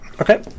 Okay